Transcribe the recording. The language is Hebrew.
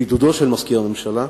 בעידודו של מזכיר הממשלה,